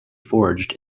forged